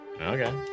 Okay